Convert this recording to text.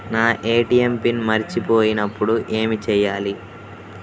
నా ATM pin మరచిపోయినప్పుడు ఏమి చేయాలి?